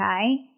Okay